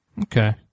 Okay